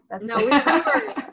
No